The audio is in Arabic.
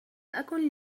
أكن